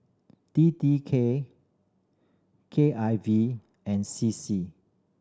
T T K K I V and C C